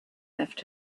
left